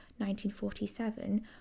1947